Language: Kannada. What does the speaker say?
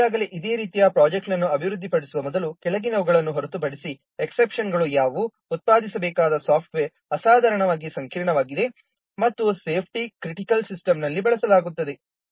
ಅವರು ಈಗಾಗಲೇ ಇದೇ ರೀತಿಯ ಪ್ರೊಜೆಕ್ಟ್ನನ್ನು ಅಭಿವೃದ್ಧಿಪಡಿಸುವ ಮೊದಲು ಕೆಳಗಿನವುಗಳನ್ನು ಹೊರತುಪಡಿಸಿ ಎಕ್ಸೆಪ್ಶನ್ಗಳು ಯಾವುವು ಉತ್ಪಾದಿಸಬೇಕಾದ ಸಾಫ್ಟ್ವೇರ್ ಅಸಾಧಾರಣವಾಗಿ ಸಂಕೀರ್ಣವಾಗಿದೆ ಮತ್ತು ಸೇಫ್ಟಿ ಕ್ರಿಟಿಕಲ್ ಸಿಸ್ಟಮ್ ಅಲ್ಲಿ ಬಳಸಲಾಗುತ್ತದೆ